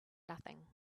nothing